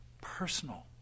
personal